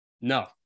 No